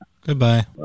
goodbye